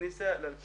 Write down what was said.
שלום